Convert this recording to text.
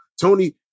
Tony